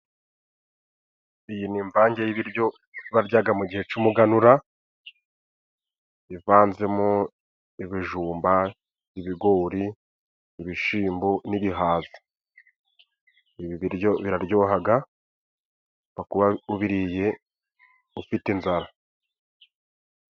Iyi ni imvange y'ibiryo baryaga mu gihe c'umuganura, ivanzemo:ibijumba, ibigori, ibishimbo n'ibihaza. ibi biryo biraryohaga upfa kuba ubiriye ufite inzara .